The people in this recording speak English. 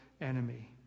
enemy